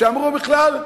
שאמרו בכלל: